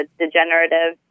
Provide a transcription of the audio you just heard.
degenerative